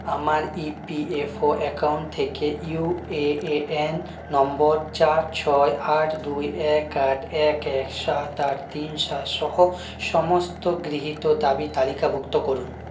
আমার E P F O account থেকে U A N number চার ছয় আট দুই এক আট এক এক সাত আট তিন সাত সহ সমস্ত গৃহীত দাবি তালিকাভুক্ত করুন